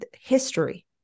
history